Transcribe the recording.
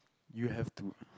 you have to